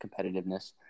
competitiveness